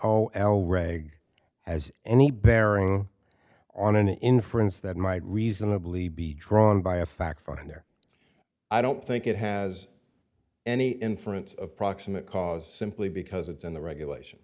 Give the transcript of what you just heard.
o l greg has any bearing on an inference that might reasonably be drawn by a fact finder i don't think it has any inference of proximate cause simply because it's in the regulations